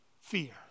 fear